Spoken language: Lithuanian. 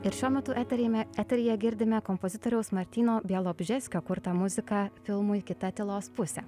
ir šiuo metu eterime eteryje girdimi kompozitoriaus martyno bialobžeskio kurtą muziką filmui kita tylos pusė